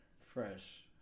Fresh